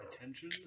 attention